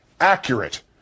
accurate